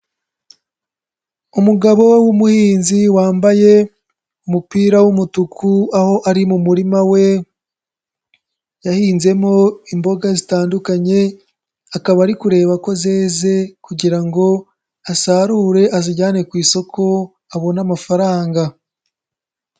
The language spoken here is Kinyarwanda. Umugabo w'umuhinzi wambaye umupira w'umutuku aho ari mu murima we yahinzemo imboga zitandukanye, akaba ari kureba ko zeze kugira ngo asarure azijyane ku isoko abone amafaranga.